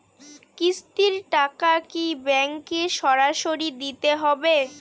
কিস্তির টাকা কি ব্যাঙ্কে সরাসরি দিতে হবে?